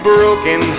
Broken